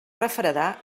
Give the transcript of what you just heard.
refredar